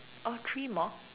oh three more